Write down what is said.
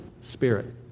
Spirit